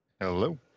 Hello